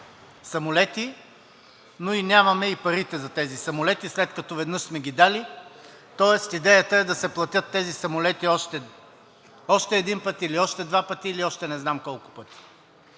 но нямаме и парите за тези самолети, след като веднъж сме ги дали. Тоест идеята е да се платят тези самолети още един път или още два пъти, или още не знам колко пъти.